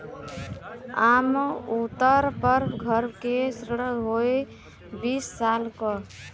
आम तउर पर घर के ऋण होइ बीस साल क